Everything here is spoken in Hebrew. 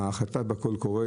וההחלטה בקול הקורא,